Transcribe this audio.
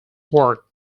work